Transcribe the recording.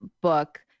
book